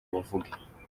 bavuge